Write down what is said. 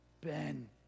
Ben